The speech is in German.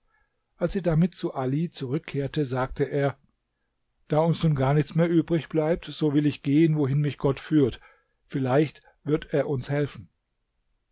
als sie damit zu ali zurückkehrte sagte er da uns nun gar nichts mehr übrig bleibt so will ich gehen wohin mich gott führt vielleicht wird er uns helfen